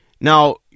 Now